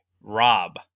Rob